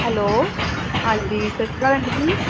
hello ਹਾਂਜੀ ਸਤਿ ਸ਼੍ਰੀ ਅਕਾਲ ਆਂਟੀ ਜੀ